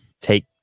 take